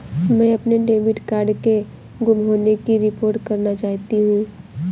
मैं अपने debit card के गुम होने की रिपोर्ट करना चाहती हूँ